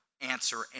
answer